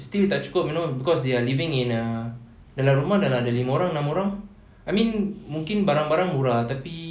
it's still tak cukup you know cause they are living in a dalam rumah dah ada lima orang enam orang I mean mungkin barang-barang murah tapi